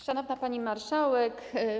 Szanowna Pani Marszałek!